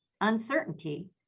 uncertainty